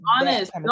honest